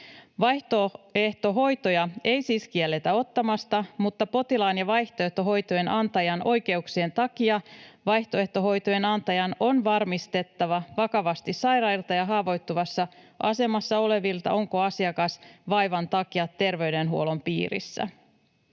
Vaihtoehtohoitoja ei siis kielletä ottamasta, mutta potilaan ja vaihtoehtohoitojen antajan oikeuksien takia vaihtoehtohoitojen antajan on varmistettava vakavasti sairailta ja haavoittuvassa asemassa olevilta, onko asiakas vaivan takia terveydenhuollon piirissä.